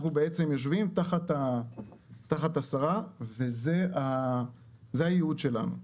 אנחנו יושבים תחת השרה וזה הייעוד שלנו.